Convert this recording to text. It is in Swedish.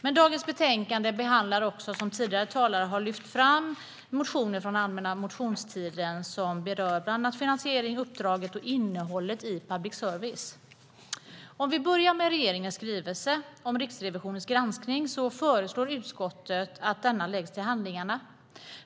Men i betänkandet behandlas också, som tidigare talare har lyft fram, motioner från allmänna motionstiden som berör bland annat finansieringen av, uppdraget för och innehållet i public service. Låt oss börja med regeringens skrivelse om Riksrevisionens granskning. Utskottet föreslår att denna läggs till handlingarna.